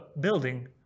building